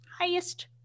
highest